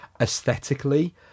aesthetically